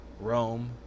Rome